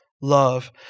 love